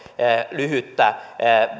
lyhyttä